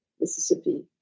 Mississippi